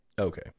Okay